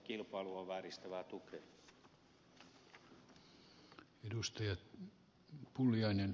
sekin on minusta kilpailua vääristävää tukea